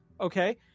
okay